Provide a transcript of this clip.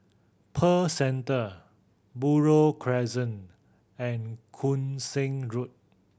Pearl Centre Buroh Crescent and Koon Seng Road